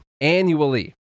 Annually